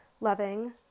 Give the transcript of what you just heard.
loving